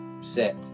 set